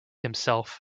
himself